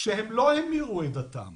שהם לא המירו את דתם